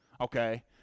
okay